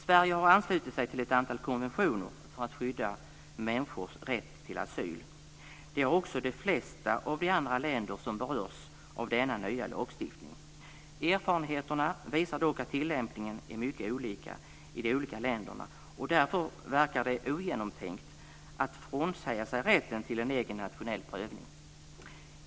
Sverige har anslutit sig till ett antal konventioner för att skydda människors rätt till asyl. Det har också de flesta av de andra länder som berörs av denna nya lagstiftning. Erfarenheterna visar dock att tillämpningen är mycket olika i de olika länderna. Därför verkar det ogenomtänkt att frånsäga sig rätten till en egen nationell prövning.